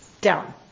down